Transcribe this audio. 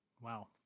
Wow